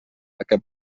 aquest